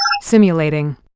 Simulating